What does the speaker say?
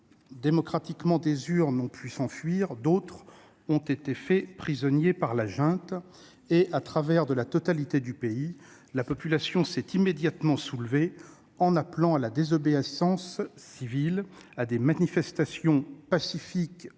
démocratiquement des urnes, ont pu s'enfuir, d'autres ont été faits prisonniers par la junte. À travers la totalité du pays, la population s'est immédiatement soulevée en appelant à la désobéissance civile et à des manifestations pacifiques-